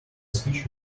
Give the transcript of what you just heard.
speech